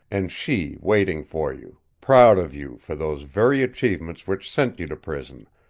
and she waiting for you, proud of you for those very achievements which sent you to prison,